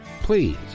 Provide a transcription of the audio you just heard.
please